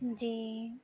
جی